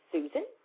Susan